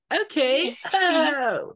okay